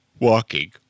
walking